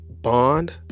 bond